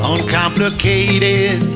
Uncomplicated